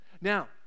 Now